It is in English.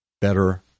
better